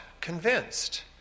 convinced